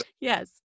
Yes